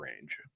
range